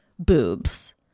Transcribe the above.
boobs